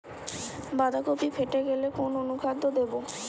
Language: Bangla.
বাঁধাকপি ফেটে গেলে কোন অনুখাদ্য দেবো?